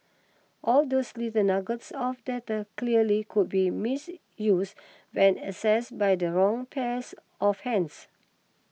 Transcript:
all those little nuggets of data clearly could be misuse when access by the wrong pairs of hands